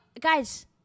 Guys